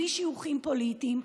בלי שיוכים פוליטיים,